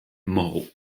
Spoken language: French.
moreau